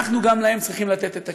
גם להם אנחנו צריכים לתת את הכלים.